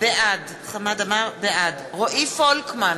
בעד רועי פולקמן,